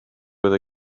fydd